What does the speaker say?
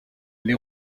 les